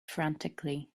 frantically